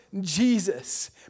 Jesus